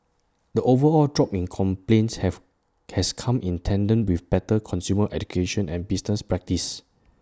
the overall drop in complaints have has come in tandem with better consumer education and business practices